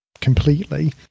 completely